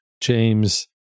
James